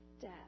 death